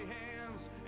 hands